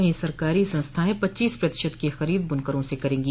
वहीं सरकारी संस्थाएं पच्चीस प्रतिशत की खरीद बुनकरों से करेंगी